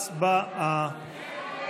הצבעה.